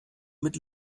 mit